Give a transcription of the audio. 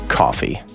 coffee